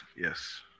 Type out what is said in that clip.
yes